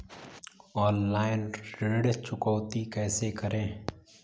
Online ऋण चुकौती कैसे करें?